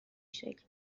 شکل